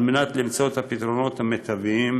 על מנת למצוא את הפתרונות המיטביים,